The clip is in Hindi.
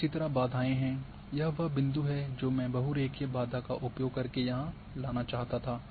और इसी तरह बाधाएं हैं यह वह बिंदु है जो मैं बहुरेखीय बाधा का उपयोग करके यहां लाना चाहता था